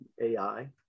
AI